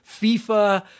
fifa